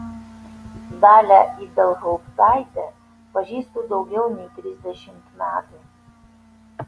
dalią ibelhauptaitę pažįstu daugiau nei trisdešimt metų